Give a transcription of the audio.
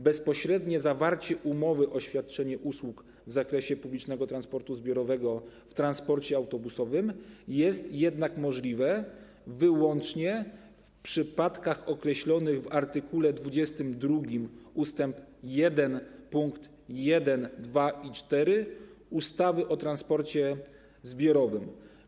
Bezpośrednie zawarcie umowy o świadczenie usług w zakresie publicznego transportu zbiorowego w transporcie autobusowym jest jednak możliwe wyłącznie w przypadkach określonych w art. 22 ust. 1 pkt 1, 2 i 4 ustawy o transporcie zbiorowym.